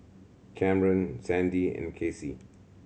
Kamren Sandie and Casey